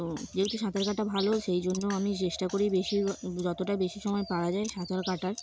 তো যেহেতু সাঁতার কাটা ভালো সেই জন্য আমি চেষ্টা করি বেশি যতটা বেশি সময় পারা যায় সাঁতার কাটার